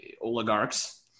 oligarchs